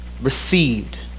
received